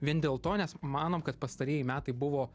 vien dėl to nes manom kad pastarieji metai buvo